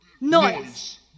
Noise